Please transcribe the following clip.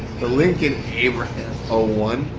the lincoln abraham ah one.